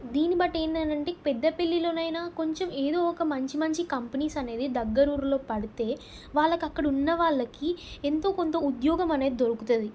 దీన్నిబట్టి ఏంటీ అనంటే పెద్దపల్లిలోనయినా కొంచెం ఏదో ఒక మంచి మంచి కంపెనీస్ అనేవి దగ్గర ఊర్లలో పడితే వాళ్ళకి అక్కడ ఉన్న వాళ్ళకి ఎంతో కొంత ఉద్యోగం అనేది దొరుకుతుంది